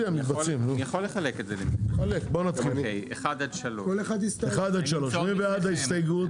16 עד 21. מי בעד ההסתייגויות?